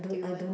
do you want